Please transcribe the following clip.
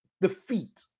defeat